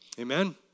Amen